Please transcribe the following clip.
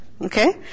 Okay